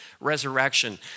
resurrection